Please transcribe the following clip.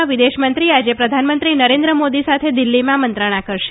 ના વિદેશમંત્રી આજે પ્રધાનમંત્રી નરેન્દ્ર મોદી સાથે દિલ્ફીમાં મંત્રણા કરશે